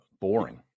boring